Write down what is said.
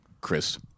Chris